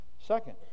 second